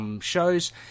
shows